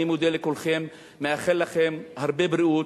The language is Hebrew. אני מודה לכולם, מאחל להם הרבה בריאות,